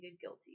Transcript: guilty